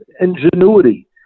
ingenuity